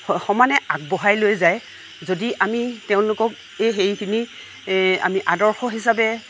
সমানে আগবাঢ়ি লৈ যায় যদি আমি তেওঁলোকক এই হেৰিখিনি এই আমি আদৰ্শ হিচাবে